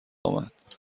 آمد